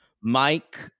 Mike